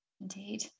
Indeed